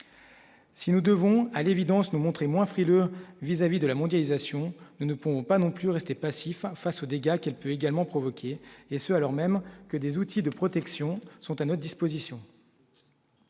Si nous devons, à l'évidence montrer moins frileux vis-à-vis de la mondialisation, nous ne pouvons pas non plus rester passif face aux dégâts qu'peut également provoquer et ce, alors même que des outils de protection sont à notre disposition.